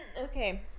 okay